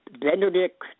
Benedict